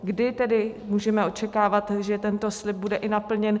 Kdy tedy můžeme očekávat, že tento slib bude i naplněn?